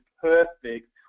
perfect